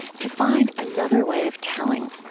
to find another way of telling.